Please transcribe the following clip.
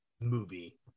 movie